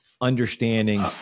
understanding